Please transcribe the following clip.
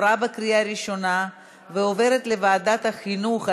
לוועדת החינוך,